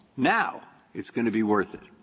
now it's going to be worth it.